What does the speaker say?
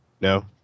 No